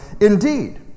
Indeed